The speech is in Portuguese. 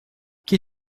que